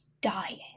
dying